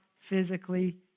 physically